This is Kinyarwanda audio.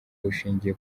bushingiye